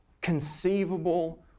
conceivable